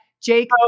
Jake